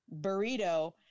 burrito